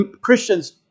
Christians